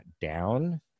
down